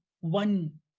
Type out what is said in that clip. one